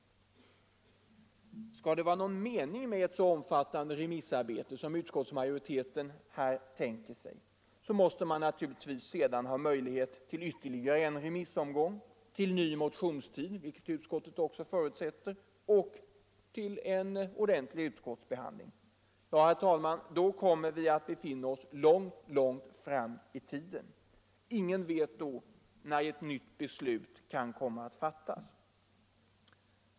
Och skall det vara någon mening med ett så omfattande utredningsarbete som utskottsmajoriteten här tänker sig, så måste man naturligtvis sedan ha möjlighet till ytterligare en remissomgång, till ny motionstid — vilket utskottet också förutsätter — och till en ordentlig utskottsbehandling. Och då kommer vi att befinna oss långt fram i tiden. Ingen vet därför när ett nytt beslut kan komma att fattas.